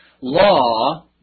law